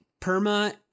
Perma